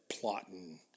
plotting